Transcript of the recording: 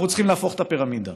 אנחנו צריכים להפוך את הפירמידה